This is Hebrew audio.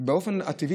באופן טבעי,